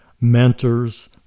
mentors